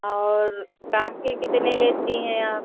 और फ्रॉक के कितने लेती हैं आप